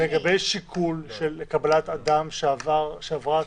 יש שיקול של קבלת אדם שעברה התקופה,